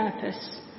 purpose